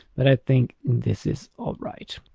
but i think this is all right.